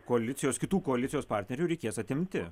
koalicijos kitų koalicijos partnerių reikės atimti